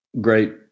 great